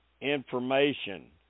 information